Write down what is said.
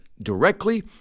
directly